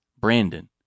Brandon